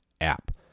app